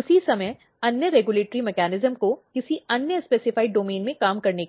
उसी समय अन्य रिग्यलटॉरी मेकॅनिज्म को किसी अन्य निर्दिष्ट डोमेन में काम करने के लिए